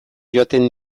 joaten